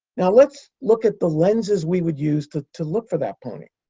now, let's look at the lenses we would use to to look for that pony.